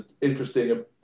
interesting